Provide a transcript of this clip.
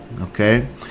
okay